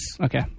Okay